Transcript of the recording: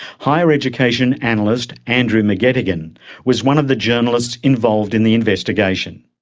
higher education analyst andrew mcgettigan was one of the journalists involved in the investigation.